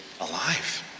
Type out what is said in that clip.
alive